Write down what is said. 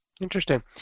interesting